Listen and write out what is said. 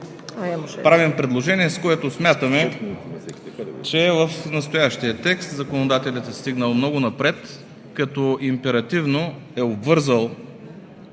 правим предложение, с което смятаме, че в настоящия текст законодателят е стигнал много напред, като императивно е обвързал